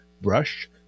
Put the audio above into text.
brush